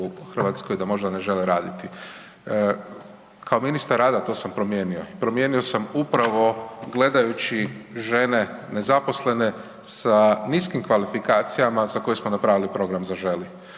Hrvatskoj da možda ne žele raditi. Kao ministar rada to sam promijenio, promijenio sam upravo gledajući žene nezaposlene sa niskim kvalifikacijama za koje smo napravili program Zaželi,